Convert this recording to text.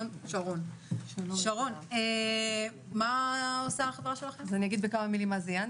מה העסק שלה?